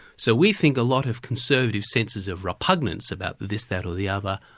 so we think a lot of conservative senses of repugnance about this, that or the other,